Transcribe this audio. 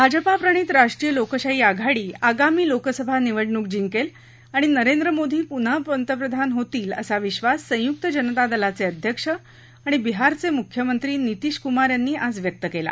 भाजपाप्रणित राष्ट्रीय लोकशाही आघाडी आगामी लोकसभा निवडणूक जिंकेल आणि नरेंद्र मोदी पुन्हा प्रधानमंत्री होतील असा विबास संयुक्त जनता दलाचे अध्यक्ष आणि बिहारचे मुख्यमंत्री नितीश कुमार यांनी आज व्यक्त केला